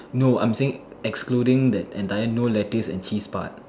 no I'm saying excluding the entire no lettuce and cheese part